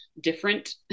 different